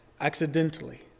accidentally